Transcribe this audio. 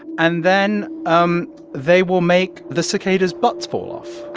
and then um they will make the cicadas' butts fall off